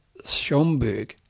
Schomburg